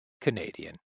Canadian